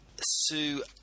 Sue